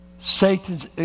Satan's